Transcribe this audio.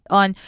on